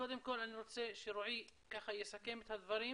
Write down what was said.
קודם כל אני רוצה שרועי יסכם את הדברים